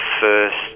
first